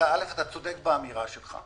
אתה צודק באמירה שלך.